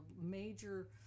major